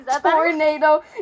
Tornado